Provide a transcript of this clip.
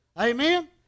Amen